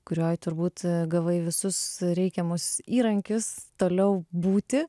kurioj turbūt gavai visus reikiamus įrankius toliau būti